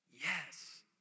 Yes